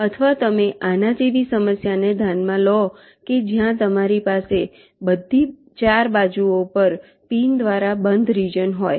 અથવા તમે આના જેવી સમસ્યાને ધ્યાનમાં લો કે જ્યાં તમારી પાસે બધી 4 બાજુઓ પર પિન દ્વારા બંધ રિજન હોય